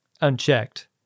unchecked